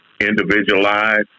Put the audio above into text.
individualized